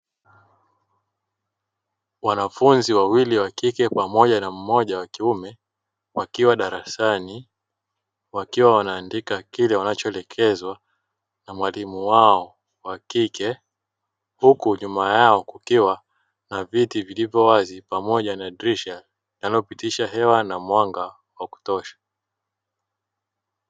Wanafunzi wawili wa kike pamoja na mmoja wa kiume, wakiwa darasani, wakiwa wanaandika kile wanachoelekezwa na mwalimu wao wa kike, huku nyuma yao kukiwa na viti vilivyo wazi pamoja na dirisha linalopitisha hewa pamoja na mwanga wa kutosha.